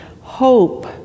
Hope